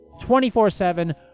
24-7